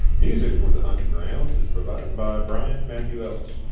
music for the huntin' grounds is provided by bryan matthew ellis